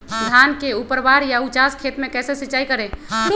धान के ऊपरवार या उचास खेत मे कैसे सिंचाई करें?